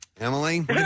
Emily